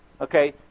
okay